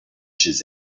chez